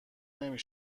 نمی